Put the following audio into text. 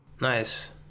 nice